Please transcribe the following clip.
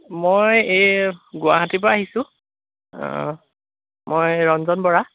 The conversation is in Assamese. মই এই গুৱাহাটীৰপৰা আহিছোঁ মই ৰঞ্জন বৰা